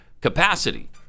capacity